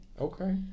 Okay